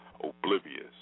oblivious